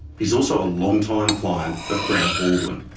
he's also a long-time client of brown baldwin,